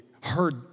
heard